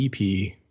ep